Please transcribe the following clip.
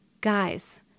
Guys